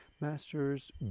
masters